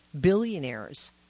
billionaires